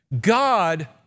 God